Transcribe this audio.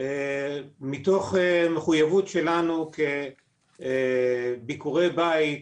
מתוך מחויבות שלנו כביקורי בית,